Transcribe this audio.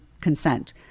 consent